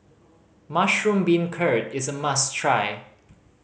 mushroom beancurd is a must try